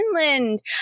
Inland